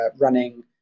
running